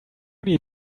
need